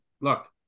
look